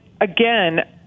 again